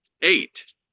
eight